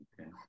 Okay